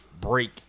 break